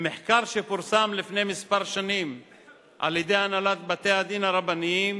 ממחקר שפורסם לפני כמה שנים על-ידי הנהלת בתי-הדין הרבניים